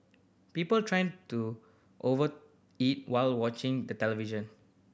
people trend to over eat while watching the television